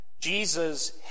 Jesus